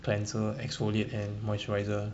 cleanser exfoliate and moisturiser